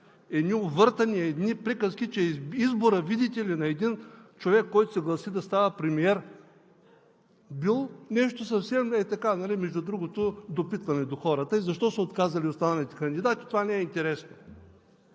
едни увъртания, едни приказки, че изборът, видите ли, на един човек, който се гласи да става премиер, е нещо съвсем ей така, между другото, допитване до хората, а защо са се отказали останалите кандидати, това не е интересно.